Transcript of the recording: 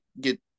get